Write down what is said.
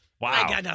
Wow